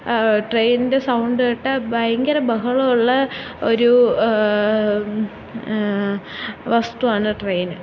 ട്രെയിനിൻ്റെ സൗണ്ട് കേട്ടാല് ഭയങ്കര ബഹളം ഉള്ള ഒരു വസ്തുവാണ് ട്രെയിന്